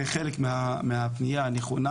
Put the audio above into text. זה חלק מהפנייה הנכונה.